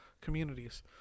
communities